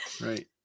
Right